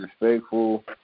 respectful